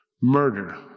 murder